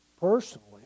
personally